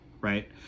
right